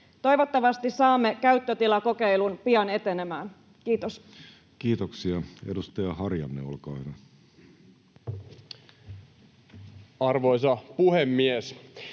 Toivottavasti saamme käyttötilakokeilun pian etenemään. — Kiitos. Kiitoksia. — Edustaja Harjanne, olkaa hyvä. Arvoisa puhemies!